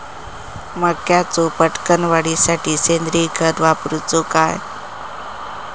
मक्याचो पटकन वाढीसाठी सेंद्रिय खत वापरूचो काय?